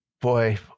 boy